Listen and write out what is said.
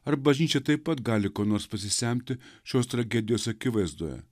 ar bažnyčia taip pat gali ko nors pasisemti šios tragedijos akivaizdoje